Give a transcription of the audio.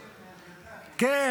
--- קדאפי.